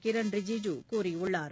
கிரண் ரிஜுஜு கூறியுள்ளார்